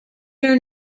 your